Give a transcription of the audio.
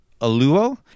Aluo